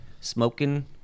smoking